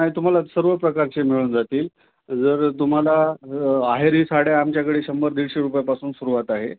नाही तुम्हाला सर्व प्रकारचे मिळून जातील जर तुम्हाला आहेरी साड्या आमच्याकडे शंभर दीडशे रुपयापासून सुरुवात आहे